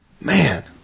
Man